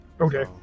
okay